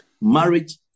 Marriage